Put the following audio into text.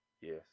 Yes